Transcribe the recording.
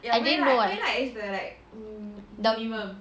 I didn't know eh